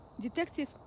Detective